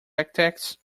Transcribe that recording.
architect’s